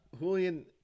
Julian